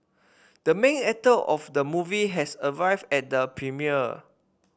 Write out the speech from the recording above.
the main actor of the movie has arrived at the premiere